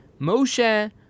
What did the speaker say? Moshe